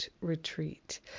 retreat